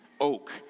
oak